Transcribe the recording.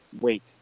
Wait